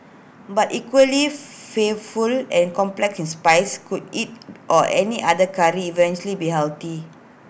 but equally fear full and complex in spice could IT or any other Curry eventually be healthy